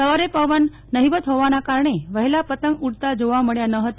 સવારે પવન નહીવત હોવાના કારણે વહેલા પતંગ ઉડતા જોવા મળ્યા ન હતા